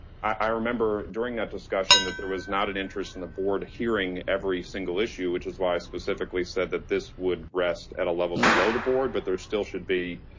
i remember during that discussion that there was not an interest in the board hearing every single issue, which is why i specifically said that this would rest at a level below the board, but there still should be